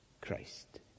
Christ